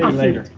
later.